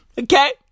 Okay